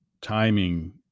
timing